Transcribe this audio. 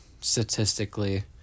statistically